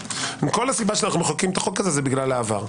כל הסיבה שאנו מחוקקים את החוק הזה זה בגלל העבר.